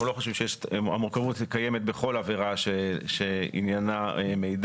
אפשר היה לקבוע הסדר שלם שבמהות מדבר על מה שמדברת ההנחיה ולהכניס לתוך